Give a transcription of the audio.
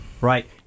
right